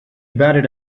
batted